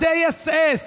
מדי אס.אס,